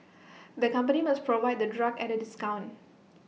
the company must provide the drug at A discount